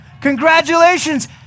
Congratulations